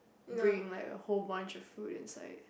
bring like the whole bunch of food inside